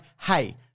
hey